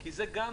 כי זה גם